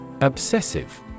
Obsessive